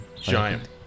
giant